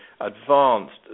advanced